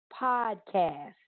podcast